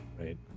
Right